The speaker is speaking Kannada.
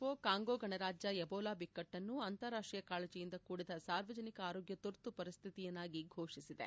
ಓ ಕಾಂಗೋ ಗಣರಾಜ್ಯ ಎಬೋಲಾ ಬಿಕ್ಕಟ್ಟನ್ನು ಅಂತಾರಾಷ್ಟೀಯ ಕಾಳಜಿಯಿಂದ ಕೂಡಿದ ಸಾರ್ವಜನಿಕ ಆರೋಗ್ಯ ತುರ್ತುಪರಿಸ್ಥಿತಿಯನ್ನಾಗಿ ಫೋಷಿಸಿದೆ